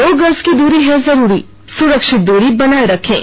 दो गज की दूरी है जरूरी सुरक्षित दूरी बनाए रखें